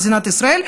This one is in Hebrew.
במדינת ישראל,